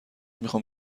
میخام